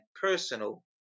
personal